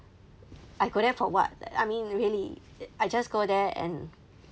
I go there for what err I mean really I just go there and